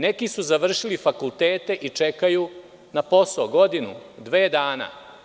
Neki su završili fakultete i čekaju na posao godinu, dve dana.